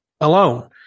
alone